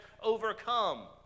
overcome